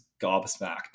gobsmacked